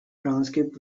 transcript